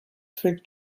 fig